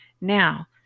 Now